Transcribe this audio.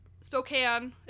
Spokane